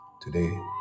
Today